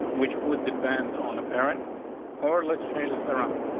which would depend on apparent whore. let's change this around.